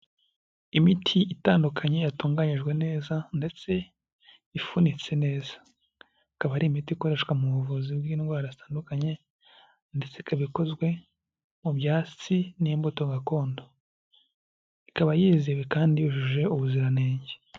Imiti itandukanye yatunganyijwe neza ndetse ifunitse neza. Ikaba ari imiti ikoreshwa mu buvuzi bw'indwara zitandukanye ndetse ikaba ikozwe mu byatsi n'imbuto gakondo. Ikaba yizewe kandi yujuje ubuziranenge.